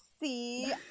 see